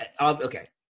okay